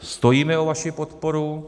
Stojíme o vaši podporu.